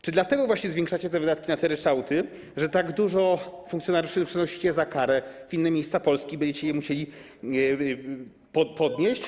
Czy dlatego właśnie zwiększacie te wydatki na te ryczałty, że tak dużo funkcjonariuszy przenosicie za karę w inne miejsca Polski i będziecie je musieli podnieść?